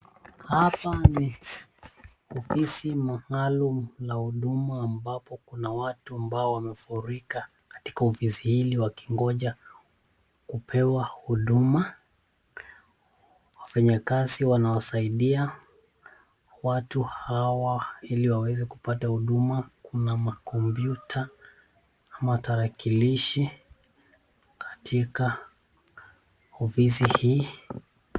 Hapa ni ofisi maalum la huduma ambapo kuna watu ambao wamefurika katika ofisi hili wakingoja kupewa huduma. Wafanyikazi wanawasaidia watu hawa ili waweze kupata huduma. Kuna makompyuta ama tarakilishi katika ofisi hii.